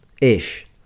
ish